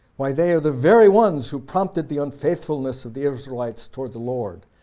why they are the very ones who prompted the unfaithfulness of the israelites toward the lord.